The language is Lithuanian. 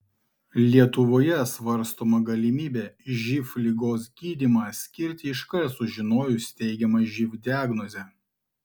lietuvoje svarstoma galimybė živ ligos gydymą skirti iškart sužinojus teigiamą živ diagnozę